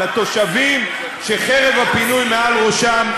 אל התושבים שחרב הפינוי מעל ראשם,